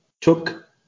took